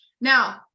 Now